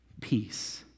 peace